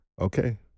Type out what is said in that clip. Okay